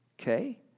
Okay